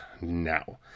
now